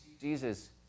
Jesus